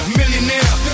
millionaire